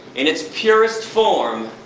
in its purest form,